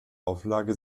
auflage